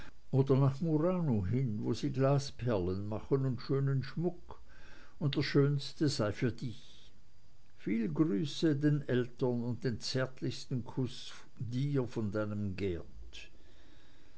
oder nach murano hin wo sie glasperlen machen und schönen schmuck und der schönste sei für dich viele grüße den eltern und den zärtlichsten kuß dir von deinem geert